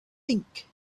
think